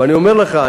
ואני אומר לך,